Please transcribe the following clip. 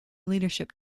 leadership